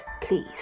please